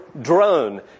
drone